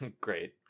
Great